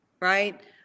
right